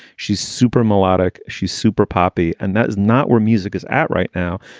she's super melodic. she's super poppy. and that is not where music is at right now.